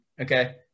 Okay